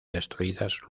destruidas